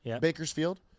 Bakersfield